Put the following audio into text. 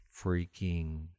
freaking